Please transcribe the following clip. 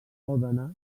òdena